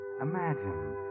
Imagine